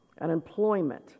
unemployment